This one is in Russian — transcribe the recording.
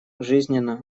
жизненно